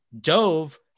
dove